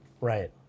right